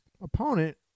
opponent